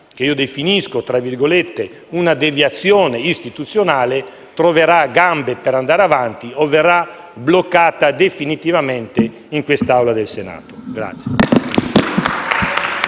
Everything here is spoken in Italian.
che io definisco una "deviazione istituzionale" troverà gambe per andare avanti o verrà bloccata definitivamente in quest'Aula del Senato.